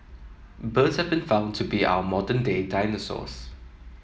birds have been found to be our modern day dinosaurs